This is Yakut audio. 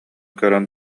көрөн